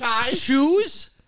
shoes